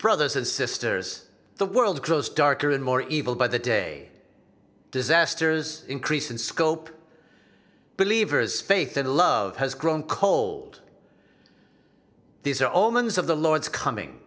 brothers and sisters the world grows darker and more evil by the day disasters increase in scope believers faith and love has grown cold these are all means of the lord's coming